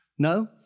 No